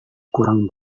kurang